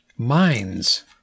Mines